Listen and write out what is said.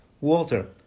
Walter